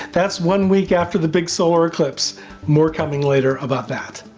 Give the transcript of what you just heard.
that's one week after the big solar eclipse more coming later about that!